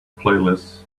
playlist